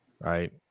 right